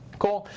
cool.